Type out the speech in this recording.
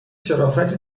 شرافتی